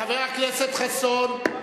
חבר הכנסת חסון,